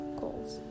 goals